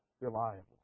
reliable